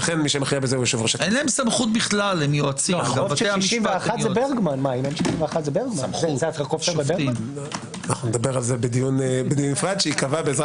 נצא להפסקה עד 12:00 ואז נתכנס לטובת